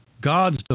God's